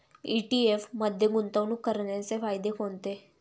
ETF मध्ये गुंतवणूक करण्याचे फायदे कोणते?